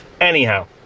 Anyhow